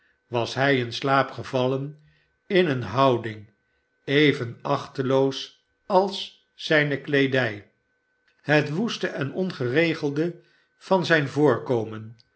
was hij in slaap gevallen in eene houding even achteloos als zijne kleedij het woeste en ongeregelde van zijn voorkomen